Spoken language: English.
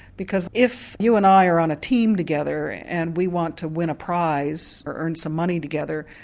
because if you and i are on a team together and we want to win a prize or earn some money together,